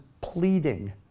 pleading